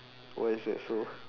why is that so